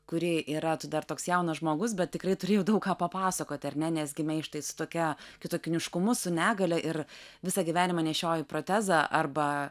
kuri yra tu dar toks jaunas žmogus bet tikrai turi jau daug ką papasakoti ar ne nes gimei štai tokia kitoniškumu su negalia ir visą gyvenimą nešioji protezą arba